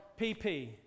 PP